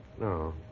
No